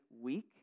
week